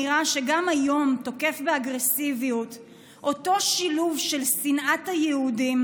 נראה שגם היום תוקף באגרסיביות אותו שילוב של שנאת היהודים,